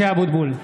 (קורא בשמות חברי הכנסת) משה אבוטבול,